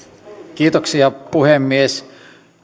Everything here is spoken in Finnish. kiitoksia puhemies